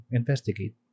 investigate